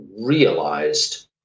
realized